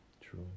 True